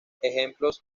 ejemplos